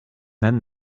then